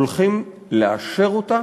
הולכים לאשר אותה